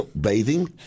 Bathing